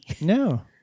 No